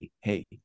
hey